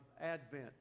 Advent